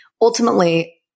ultimately